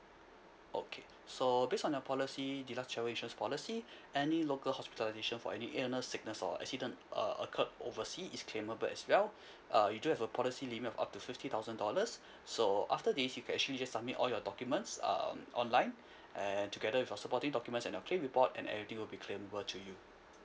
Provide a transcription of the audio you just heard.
okay so based on your policy deluxe travel insurance policy any local hospitalisation for any illness sickness or accident uh occurred oversea is claimable as well uh you do have a policy limit of up to fifty thousand dollars so after this you can actually just submit all your documents um online and together with your supporting documents and your claim report and everything will be claimable to you